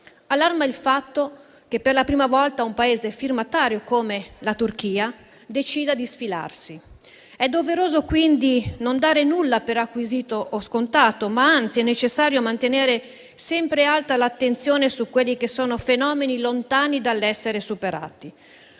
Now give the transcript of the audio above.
Allarma il fatto che, per la prima volta, un Paese firmatario come la Turchia decida di sfilarsi. È doveroso, quindi, non dare nulla per acquisito o scontato, ma, anzi, è necessario mantenere sempre alta l'attenzione su quelli che sono fenomeni lontani dall'essere superati.